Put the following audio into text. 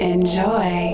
Enjoy